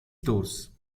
stores